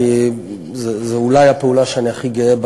כי זו אולי הפעולה שאני גאה בה,